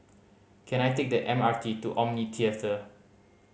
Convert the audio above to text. can I take the M R T to Omni Theatre